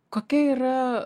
kokia yra